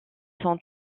son